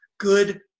good